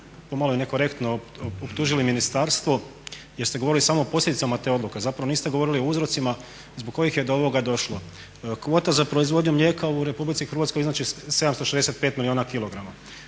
pomalo i nekorektno optužili ministarstvo jer ste govorili samo o posljedicama te odluke, a zapravo niste govorili o uzrocima zbog kojih je do ovoga došlo. Kvote za proizvodnju mlijeka u RH iznose 765 milijuna kilograma.